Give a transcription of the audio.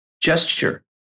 gesture